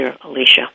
Alicia